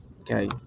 Okay